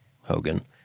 Hogan